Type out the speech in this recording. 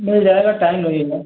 मिल जाएगा टाइम लगेगा